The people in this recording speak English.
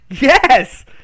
Yes